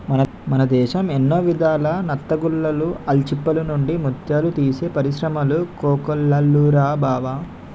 మన దేశం ఎన్నో విధాల నత్తగుల్లలు, ఆల్చిప్పల నుండి ముత్యాలు తీసే పరిశ్రములు కోకొల్లలురా బావా